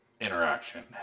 interaction